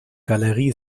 galerie